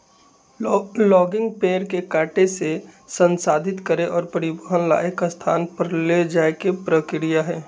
logging पेड़ के काटे से, संसाधित करे और परिवहन ला एक स्थान पर ले जाये के प्रक्रिया हई